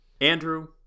Andrew